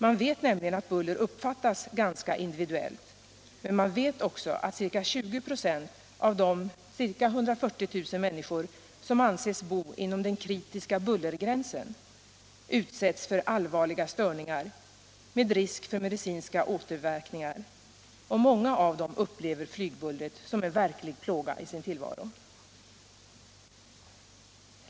Man vet nämligen att buller uppfattas ganska individuellt, men man vet också att ca 20 26 av de ca 140 000 människor som anses bo inom den kritiska bullergränsen utsätts för allvarliga störningar med risk för medicinska återverkningar, och många av dem upplever flygbullret som en verklig plåga i sin tillvaro.